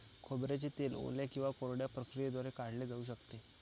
खोबऱ्याचे तेल ओल्या किंवा कोरड्या प्रक्रियेद्वारे काढले जाऊ शकते